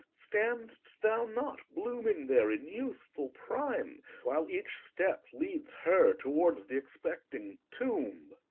stand'st thou not blooming there in youthful prime while each step leads her towards the expecting tomb?